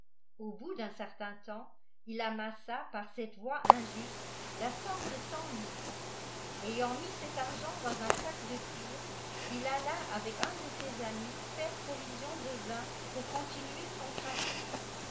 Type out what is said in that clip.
au bout d'un certain temps il amassa par cette voie injuste là somme de cent livres ayant mis cet argent dans un sac de cuir il alla avep un de se s amis faire provision de vin pour continuer gon trafic